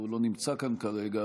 הוא לא נמצא כאן כרגע,